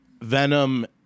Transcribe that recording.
Venom